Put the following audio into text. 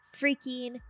freaking